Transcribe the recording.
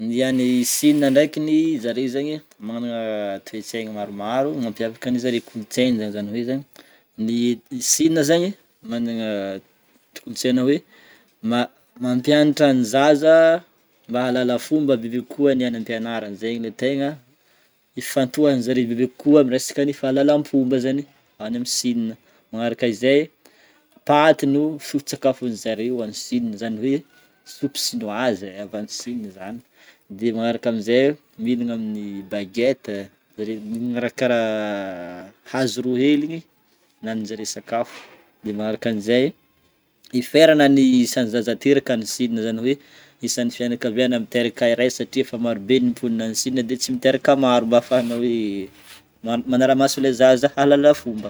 Ny any Chine ndrekiny, zare zegny magnana toetsaigny maromaro mampiavaka an'izare kolontsaigny zany, zany hoe zegny ny i Chine zegny magnana to- kolontsaina hoe ma- mampianatra ny zaza mba hahalala fomba bebe kokoa ny any ampianarana zegny le tegna hifantohan'jare bebe kokoa amin'ny resaka ny fahalalam-pomba zany any amin'ny Chine. Magnaraka izay, paty no foton-tsakafon'ny zareo any Chine zany hoe soupe chinoise avy any Chine zany, de magnaraka am'zay, mihinagna amin'ny baguette zare mihinana raha karaha hazo roa hely igny hinanan'jare sakafo, de magnaraka an'izay iferana ny isan'ny zaza hateraka an'ny Chine zany hoe isan'ny fianakaviana miteraka ray satria efa maro be ny mponina any Chine de tsy miteraka maro mba ahafahany hoe ma- manaramaso le zaza hahalala fomba.